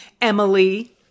emily